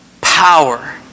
power